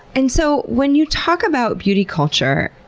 and so when you talk about beauty culture,